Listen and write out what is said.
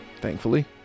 thankfully